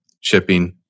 shipping